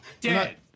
Dead